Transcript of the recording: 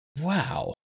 wow